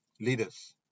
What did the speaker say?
leaders